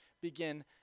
begin